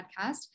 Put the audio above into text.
Podcast